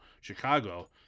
Chicago